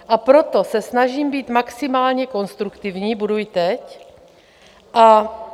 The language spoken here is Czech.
A proto se snažím být maximálně konstruktivní, budu i teď.